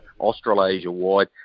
Australasia-wide